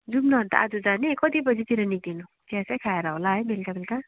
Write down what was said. जाऔँ न अनि त आज जाने कति बजेतिर निक्लिनु चियासिया खाएर होला है बेलुका बेलुका